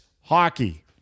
hockey